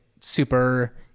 super